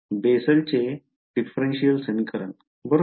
बेसलचे भिन्न समीकरण बरोबर आहे